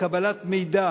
לקבלת מידע